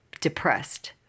depressed